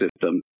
system